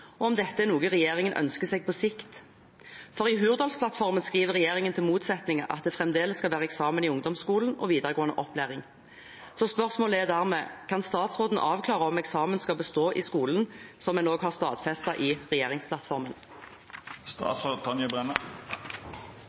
og om dette er noe regjeringen ønsker seg på sikt, for i Hurdalsplattformen skriver regjering – i motsetning – at det fremdeles skal være eksamen i ungdomsskolen og i videregående opplæring. Spørsmålet er dermed: Kan statsråden avklare om eksamen skal bestå i skolen, noe en også har stadfestet i